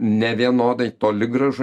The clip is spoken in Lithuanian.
nevienodai toli gražu